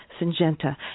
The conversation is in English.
Syngenta